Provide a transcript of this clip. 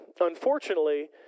unfortunately